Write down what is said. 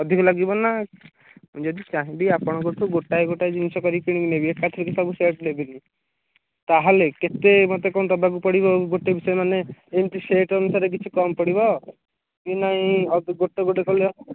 ଅଧିକ ଲାଗିବ ନା ଯଦି ଚାହିଁବି ଆପଣଙ୍କଠୁ ଗୋଟାଏ ଗୋଟାଏ ଜିନିଷ କରିକି କିଣିକି ନେବି ଏକାଥରକେ ସବୁ ସେଟ୍ ନେବିନି ତା'ହେଲେ କେତେ ମୋତେ କ'ଣ ଦେବାକୁ ପଡ଼ିବ ଗୋଟେ ସେ ଗୋଟେ ମାନେ ଏମିତି ସେଟ୍ ଅନୁସାରେ କିଛି କମ୍ ପଡ଼ିବ ନାଇଁ ଆଉ ଗୋଟେ ଗୋଟେ କଲେ